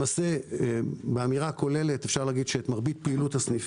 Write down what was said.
למעשה באמירה כוללת אפשר להגיד שאת מרבית פעילות הסניף